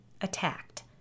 attacked